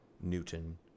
Newton